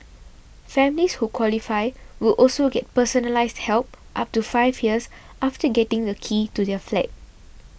families who qualify will also get personalised help up to five years after getting the keys to their flat